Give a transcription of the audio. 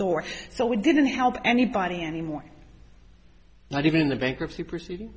door so we didn't help anybody anymore not even the bankruptcy proceeding